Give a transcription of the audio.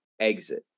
exit